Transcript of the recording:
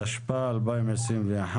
התשפ"א-2021,